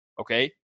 okay